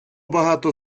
багато